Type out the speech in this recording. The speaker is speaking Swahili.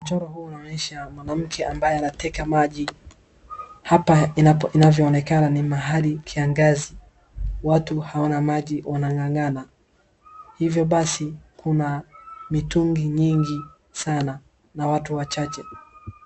Mchoro huu unaonyesha mwanamke ambaye anateka maji. Hapa inavyoonekana ni mahali kiangazi watu hawana maji wang`ang`ana hivyo basi kuna mitungi nyingi sana na watu wachache